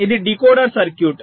ఇది decoder circuit